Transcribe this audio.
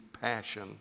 passion